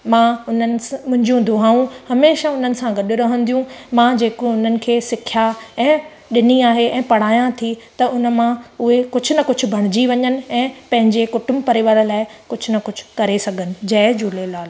मां उन्हनिस मुंहिंजियूं दुआऊं हमेशह उन्हनि सां गॾु रहंदियूं मां जेको उन्हनि खे सिख्या ऐं ॾिनी आहे ऐं पढ़ाया थी त उनमां उहे कुझु न कुझु बणजी वञनि ऐं पैंजे कुटुम्ब परिवार लाइ कुझु न कुझु करे सघनि जय झूलेलाल